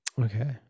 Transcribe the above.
Okay